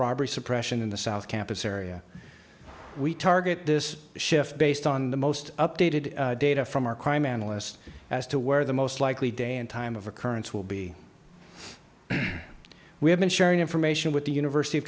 robbery suppression in the south campus area we target this shift based on the most updated data from our crime analyst as to where the most likely day and time of occurrence will be we have been sharing information with the university of